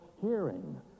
hearing